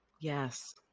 Yes